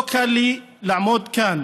לא קל לי לעמוד כאן